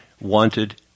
wanted